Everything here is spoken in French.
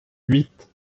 huit